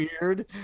weird